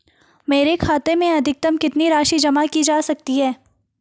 मेरे खाते में अधिकतम कितनी राशि जमा की जा सकती है?